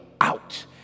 out